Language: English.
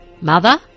Mother